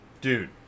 Dude